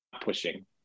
pushing